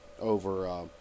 over